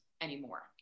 anymore